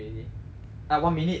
one minute one hour